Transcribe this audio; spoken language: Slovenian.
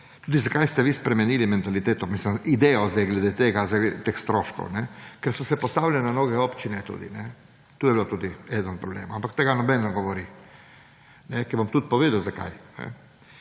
Tudi zakaj ste vi spremenili mentaliteto, mislim idejo zdaj glede tega, glede teh stroškov. Ker so se postavile na noge občine, ne? To je bilo tudi eden od problemov, ampak tega noben ne govori. Ki bom tudi povedal zakaj.